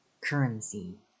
Currency